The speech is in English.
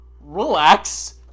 Relax